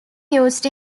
used